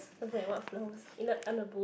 was like what flowers in the